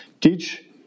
teach